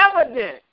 evidence